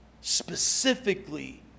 specifically